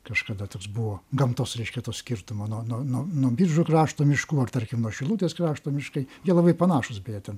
kažkada toks buvo gamtos reiškia to skirtumo no no no nuo biržų krašto miškų ar tarkim nuo šilutės krašto miškai jie labai panašūs beje ten